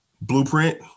Blueprint